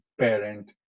Parent